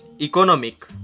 economic